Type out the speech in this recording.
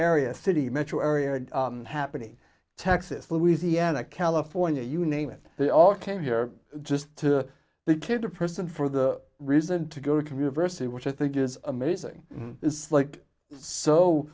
area city metro area happening texas louisiana california you name it they all came here just to the kid to person for the reason to go to commute versity which i think is amazing it's like so